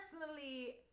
personally